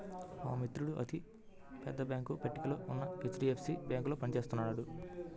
మా మిత్రుడు అతి పెద్ద బ్యేంకుల పట్టికలో ఉన్న హెచ్.డీ.ఎఫ్.సీ బ్యేంకులో పని చేస్తున్నాడు